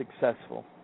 successful